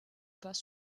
pas